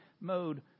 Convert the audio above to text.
mode